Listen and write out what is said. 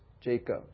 Jacob